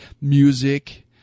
music